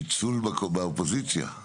פיצול באופוזיציה;